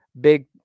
big